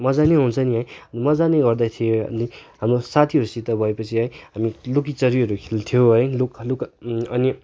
मजा नै आउँछ नि है मजा नै गर्दै थियो हाम्रो साथिहरूसित भएपछि है हामी लुकिचोरीहरू खेल्थ्यो है लुक लुक अनि